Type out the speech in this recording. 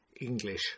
English